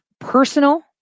personal